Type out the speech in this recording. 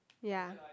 ya